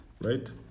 right